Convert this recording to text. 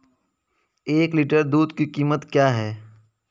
एक लीटर दूध की कीमत क्या है?